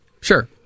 Sure